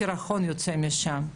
סירחון יוצא משם.